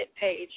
page